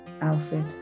Alfred